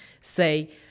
say